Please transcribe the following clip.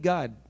God